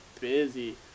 busy